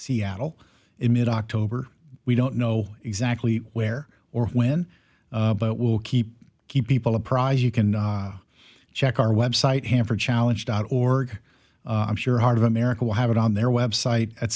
seattle in mid october we don't know exactly where or when but will keep key people apprise you can check our website hanford challenge dot org i'm sure heart of america will have it on their website et